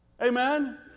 amen